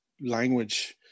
language